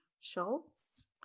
Schultz